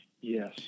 Yes